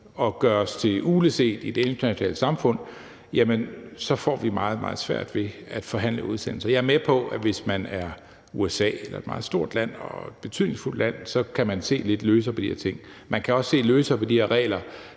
og gør os til ugleset i det internationale samfund, får vi meget, meget svært ved at forhandle udsendelser. Jeg er med på, at hvis man er USA eller et andet meget stort og betydningsfuldt land, kan man se lidt løsere på de her ting. Man kan også se løsere på de her regler,